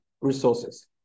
resources